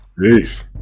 Peace